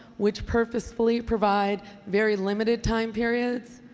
which purposefully provide very limited time periods?